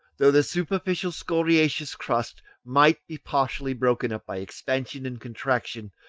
though the superficial scoriaceous crust might be partially broken up by expansion and contraction,